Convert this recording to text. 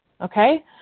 okay